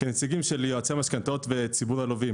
כנציגים של יועצי משכנתאות וציבור הלווים.